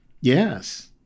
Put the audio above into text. Yes